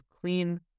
clean